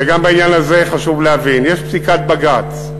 וגם בעניין הזה חשוב להבין: יש פסיקת בג"ץ.